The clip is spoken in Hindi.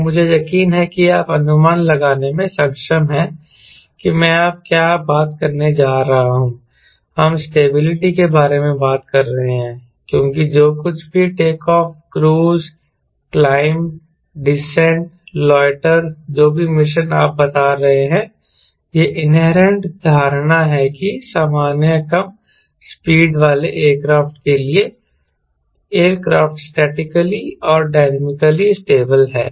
और मुझे यकीन है कि आप अनुमान लगाने में सक्षम हैं कि मैं अब क्या बात करने जा रहा हूं हम स्टेबिलिटी के बारे में बात कर रहे हैं क्योंकि जो कुछ भी take off cruise climb descent loiter जो भी मिशन आप बता रहे हैं यह इन्हेरेंट धारणा है कि सामान्य कम स्पीड वाले एयरक्राफ्ट के लिए एयरक्राफ्ट स्टैटिकली और डायनॉमिकली स्टेबल है